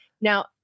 Now